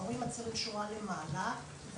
ההורים מצהירים בשורה למעלה ואני,